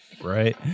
Right